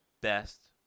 best